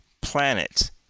planet